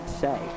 say